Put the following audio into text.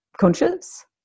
conscious